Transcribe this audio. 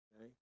okay